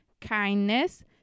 kindness